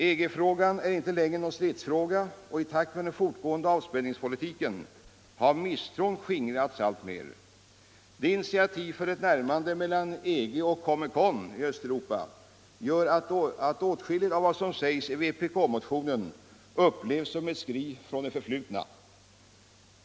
EG-frågan är inte längre någon stridsfråga, och i takt med den fortgående avspänningspolitiken har misstron skingrats alltmer. De initiativ som tagits för ett närmande mellan EG och det östeuropeiska Comecon gör ju att åtskilligt av vad som sägs i vpk-motionen upplevs som ett skri från det förflutna.